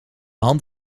hand